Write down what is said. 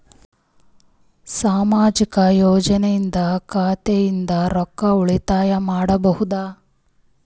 ಸಾಮಾಜಿಕ ಯೋಜನೆಯಿಂದ ಖಾತಾದಿಂದ ರೊಕ್ಕ ಉಳಿತಾಯ ಮಾಡಬಹುದ?